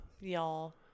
Y'all